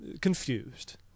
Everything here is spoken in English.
confused